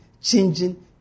changing